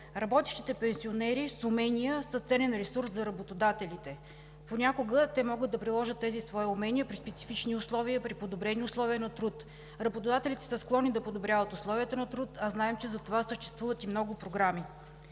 Работещите пенсионери с умения са ценен ресурс за работодателите. Понякога те могат да приложат тези свои умения при специфични условия и при подобрени условия на труд. Работодателите са склонни да подобряват условията на труд, а знаем, че за това съществуват и много програми.